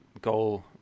goal